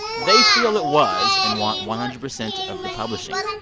they feel it was and want one hundred percent of the publishing.